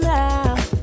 now